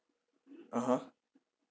(uh huh)